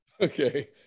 okay